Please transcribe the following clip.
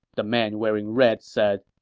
the man wearing red said.